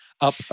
up